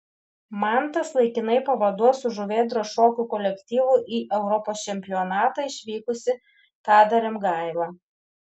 mantas laikinai pavaduos su žuvėdros šokių kolektyvu į europos čempionatą išvykusi tadą rimgailą